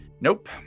nope